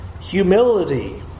humility